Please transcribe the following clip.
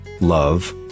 love